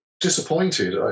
disappointed